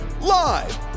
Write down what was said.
live